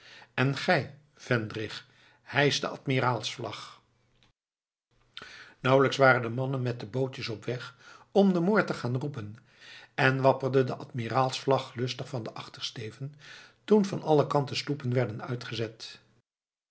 en gij vendrig hijsch de admiraalsvlag nauwelijks waren de mannen met het bootje op weg om de moor te gaan roepen en wapperde de admiraals vlag lustig van den achtersteven toen van alle kanten sloepen werden uitgezet